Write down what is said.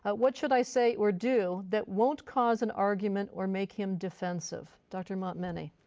what should i say or do that won't cause an argument or make him defensive? dr. montminy?